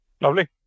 Lovely